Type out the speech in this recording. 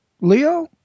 Leo